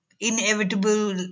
inevitable